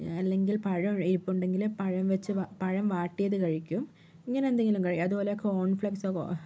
അല്ലെങ്കില് പഴം ഇരിപ്പുണ്ടെങ്കില് പഴം വെച്ച് പഴം വാട്ടിയത് കഴിക്കും ഇങ്ങനെ എന്തെങ്കിലും പിന്നെ അതുപോലെ കോണ്ഫ്ലെക്സൊ